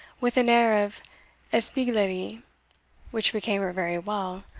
with an air of espieglerie which became her very well,